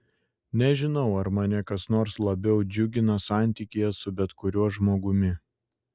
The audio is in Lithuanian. nežinau ar mane kas nors labiau džiugina santykyje su bet kuriuo žmogumi